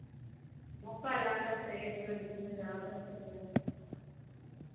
मौका लागत तऽ एक बेर घुमय लेल अवश्य जायब